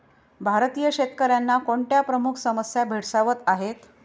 भारतीय शेतकऱ्यांना कोणत्या प्रमुख समस्या भेडसावत आहेत?